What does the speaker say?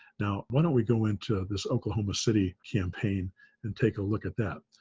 now, why don't we go into this oklahoma city campaign and take a look at that.